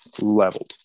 leveled